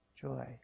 joy